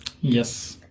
Yes